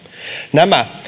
nämä